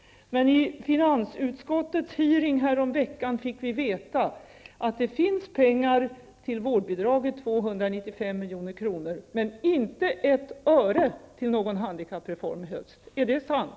Men vid finansutskottets utfrågning häromveckan fick vi veta att det finns pengar till vårdbidrag med 295 milj.kr., men att det inte finns ett öre till en handikappreform i höst. Är detta sant?